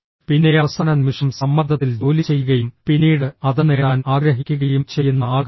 പിന്നെ അവസാന നിമിഷം സമ്മർദ്ദത്തിൽ ജോലി ചെയ്യുകയും പിന്നീട് അത് നേടാൻ ആഗ്രഹിക്കുകയും ചെയ്യുന്ന ആളുകളുണ്ട്